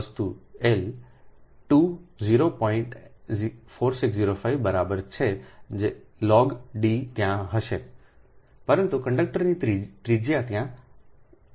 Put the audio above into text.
4605 બરાબર છે log d ત્યાં હશે પરંતુ કંડક્ટરની ત્રિજ્યા જ્યાં r2 છે